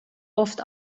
oft